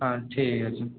হ্যাঁ ঠিক আছে